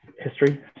history